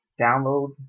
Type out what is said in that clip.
download